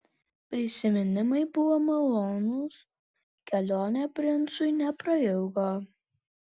prisiminimai buvo malonūs kelionė princui neprailgo